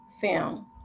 film